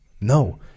no